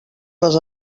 les